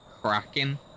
cracking